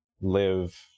live